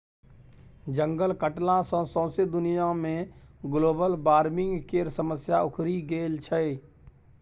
जंगल कटला सँ सौंसे दुनिया मे ग्लोबल बार्मिंग केर समस्या उखरि गेल छै